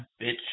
bitch